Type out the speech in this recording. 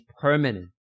permanent